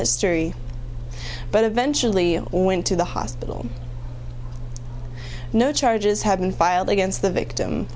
history but eventually went to the hospital no charges have been filed against the victim